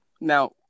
Now